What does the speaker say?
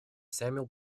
samuel